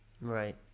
right